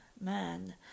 man